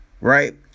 right